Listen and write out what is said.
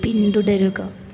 പിന്തുടരുക